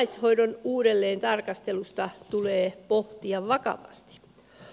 is voida uudelleen tarkastelusta tulee pohtia vakavasti